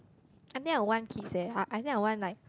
I think I want kids eh I I think I want like